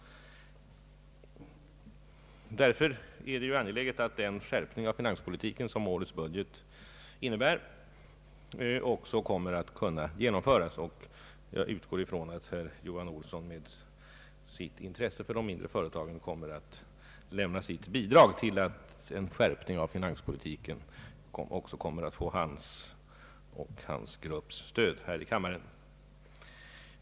Därför är det ju angeläget att den skärpning av finanspolitiken som årets budget innebär också kan genomföras, och jag utgår ifrån att herr Johan Olsson med sitt intresse för de mindre företagen kommer att lämna sitt bidrag till att en skärpning av finanspolitiken också får hans och hans grupps stöd här i kammaren.